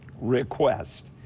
request